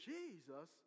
Jesus